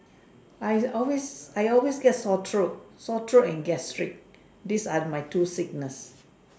I always I always get sore throat sore throat and gastric these are my two sickness